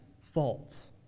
false